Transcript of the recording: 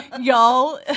y'all